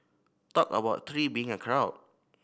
talk about three being a crowd